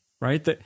Right